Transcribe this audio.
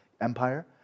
empire